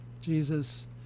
Jesus